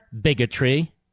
bigotry